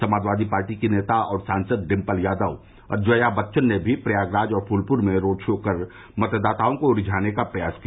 समाजवादी पार्टी की नेता और सांसद डिम्पल यादव और जया बच्चन ने भी प्रयागराज और फूलपुर में रोड शो कर मतदाताओं को रिझाने का प्रयास किया